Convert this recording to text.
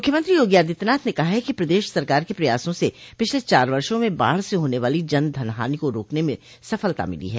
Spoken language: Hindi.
मुख्यमंत्री योगी आदित्यनाथ ने कहा है कि प्रदेश सरकार के प्रयासों से पिछल चार वर्षो में बाढ़ से होने वाली जन धन हानि को रोकने में सफलता मिली है